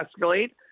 escalate